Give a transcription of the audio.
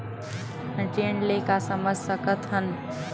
ऋण ले का समझ सकत हन?